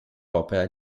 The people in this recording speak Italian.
opera